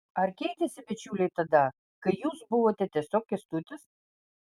ar keitėsi bičiuliai tada kai jūs buvote tiesiog kęstutis